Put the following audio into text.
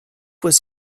was